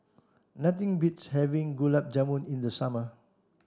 nothing beats having Gulab Jamun in the summer